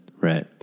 Right